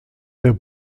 der